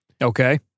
Okay